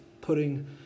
putting